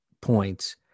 points